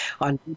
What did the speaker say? on